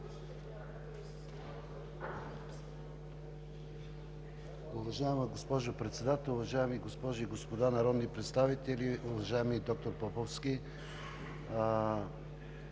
Уважаема госпожо Председател, уважаеми госпожи и господа народни представители! Уважаеми господин